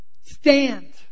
Stand